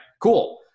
Cool